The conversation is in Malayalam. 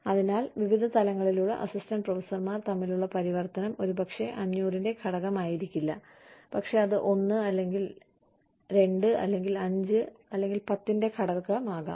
അതിനാൽ വിവിധ തലങ്ങളിലുള്ള അസിസ്റ്റന്റ് പ്രൊഫസർമാർ തമ്മിലുള്ള പരിവർത്തനം ഒരുപക്ഷേ 500 ന്റെ ഘടകമായിരിക്കില്ല പക്ഷേ അത് 1 അല്ലെങ്കിൽ 2 അല്ലെങ്കിൽ 5 അല്ലെങ്കിൽ 10 ന്റെ ഘടകമാകാം